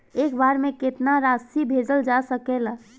एक बार में केतना राशि भेजल जा सकेला?